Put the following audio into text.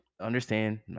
understand